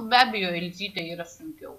be abejo elzytei yra sunkiau